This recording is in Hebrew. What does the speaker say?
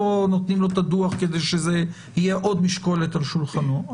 נותנים לו את הדוח כדי שהוא יהיה עוד משקולת על שולחנו.